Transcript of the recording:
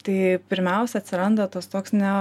tai pirmiausia atsiranda tas toks ne